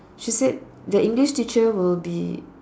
she said the English teacher will be